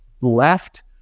left